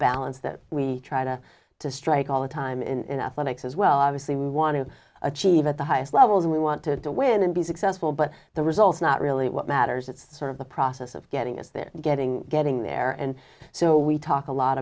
balance that we try to to strike all the time in athletics as well obviously we want to achieve at the highest levels we wanted to win and be successful but the results not really what matters it's sort of the process of getting us been getting getting there and so we talk a lot